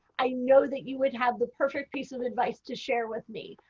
i know that you would have the perfect piece of advice to share with me.